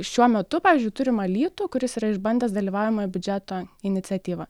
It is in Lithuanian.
šiuo metu pavyzdžiui turim alytų kuris yra išbandęs dalyvaujamojo biudžeto iniciatyvą